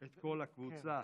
כל הכבוד.)